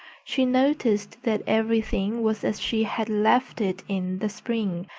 she noticed that everything was as she had left it in the spring,